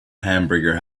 hamburger